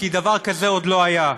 כי דבר כזה עוד לא היה.